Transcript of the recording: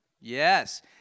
Yes